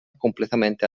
completamente